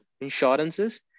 insurances